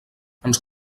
ens